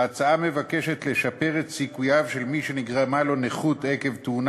ההצעה מבקשת לשפר את סיכוייו של מי שנגרמה לו נכות עקב תאונה